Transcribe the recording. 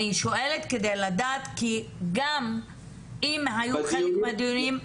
אני שואלת כדי לדעת, כי גם אם היו חלק מהדיונים,